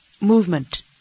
movement